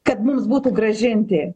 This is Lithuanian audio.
kad mums būtų grąžinti